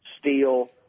steel